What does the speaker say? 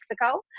Mexico